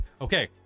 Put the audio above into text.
Okay